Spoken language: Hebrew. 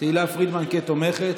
תהלה פרידמן כתומכת,